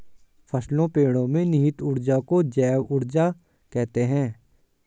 फसलों पेड़ो में निहित ऊर्जा को जैव ऊर्जा कहते हैं